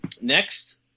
next